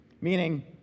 meaning